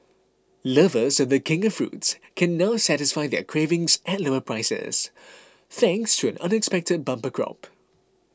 lovers of the king of fruits can now satisfy their cravings at lower prices thanks to an unexpected bumper crop